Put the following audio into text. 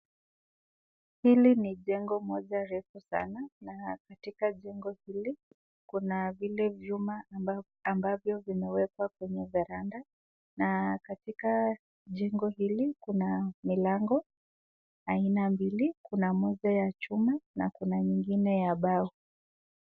Hili ni jengo moja refu sana na katika jengo hili kuna vile vyuma ambavyo vimewekwa kwenye varanda na katika jengo hili kuna mlango aina mbili. Kuna moja ya chuma na kuna ingine ya mbao.